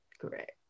Correct